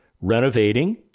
renovating